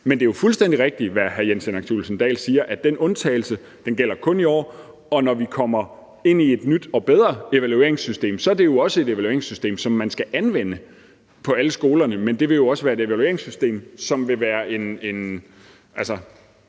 Men det er jo fuldstændig rigtigt, hvad hr. Jens Henrik Thulesen Dahl siger, at den undtagelse kun gælder i år, og når vi kommer ind i et nyt og bedre evalueringssystem, er det jo også et evalueringssystem, som man skal anvende på alle skolerne. Men det vil jo også være et evalueringssystem, som der vil være en